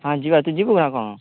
ହଁ ଯିବା ତୁ ଯିବୁ କଣ